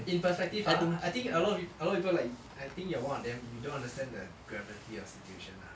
in perspective ah I think a lot of peop~ a lot of people like I think you are one of them you don't understand the gravity of the situation ah